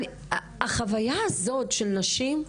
החוויה הזאת של נשים,